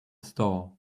store